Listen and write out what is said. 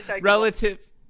relative